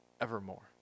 evermore